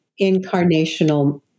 incarnational